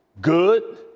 good